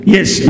Yes